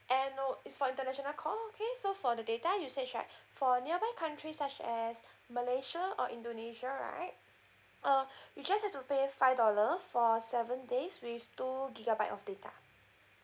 and no it's for the national call okay so for the data usage right for nearby country such as malaysia or indonesia right uh you just have to pay five dollar for seven days with two gigabyte of data